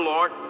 Lord